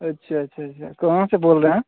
अच्छा अच्छा अच्छा कहाँ से बोल रहे हैं